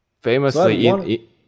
Famously